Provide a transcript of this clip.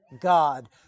God